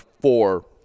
four